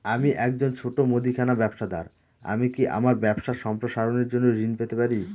আমি একজন ছোট মুদিখানা ব্যবসাদার আমি কি আমার ব্যবসা সম্প্রসারণের জন্য ঋণ পেতে পারি?